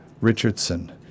Richardson